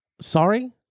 Sorry